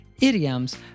idioms